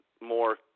more